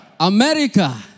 America